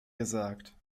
gesagt